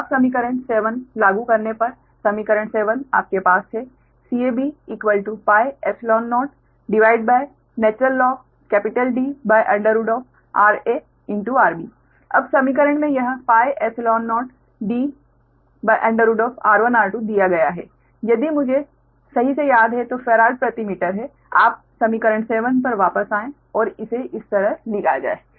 तो अब समीकरण 7 लागू करने पर समीकरण 7 आपके पास है CABπϵ0DrArB उस समीकरण में यह πϵ0Dr1r2 दिया गया है यदि मुझे सही से याद है तो फैराड प्रति मीटर है आप समीकरण 7 पर वापस जाएं और इसे इस तरह लिया जाएगा